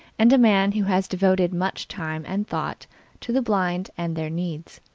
and a man who has devoted much time and thought to the blind and their needs.